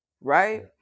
right